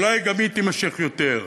אולי גם היא תימשך יותר.